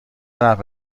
رفع